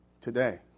today